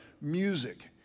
music